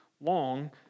long